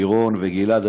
לירון וגלעד,